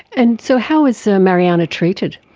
and so how was so mariana treated?